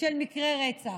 במקרי רצח.